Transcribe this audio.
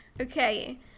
okay